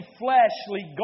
fleshly